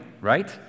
right